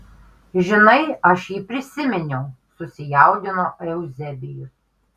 žinai aš jį prisiminiau susijaudino euzebijus